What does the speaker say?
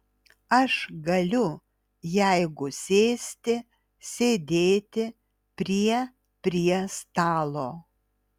aš galiu jeigu sėsti sėdėti prie prie stalo